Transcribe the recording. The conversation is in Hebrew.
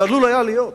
זה עלול היה להיות.